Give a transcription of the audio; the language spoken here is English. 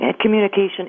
Communication